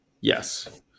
Yes